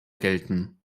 gelten